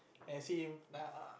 ask him na